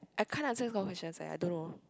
I can't answer this kind of questions eh I don't know